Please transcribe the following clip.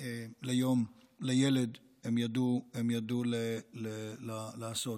ליום לילד הם ידעו לעשות.